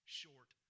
short